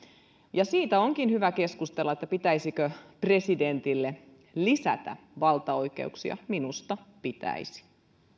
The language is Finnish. siitä onkin hyvä keskustella pitäisikö presidentille lisätä valtaoikeuksia minusta pitäisi